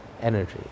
energy